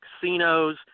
casinos